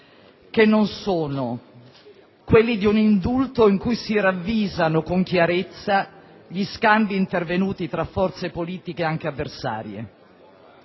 che non sono quelli di un indulto in cui si ravvisano con chiarezza scambi intervenuti tra forze politiche anche avversarie.